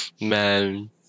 Man